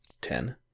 Ten